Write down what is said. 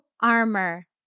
armor